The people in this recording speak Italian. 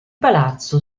palazzo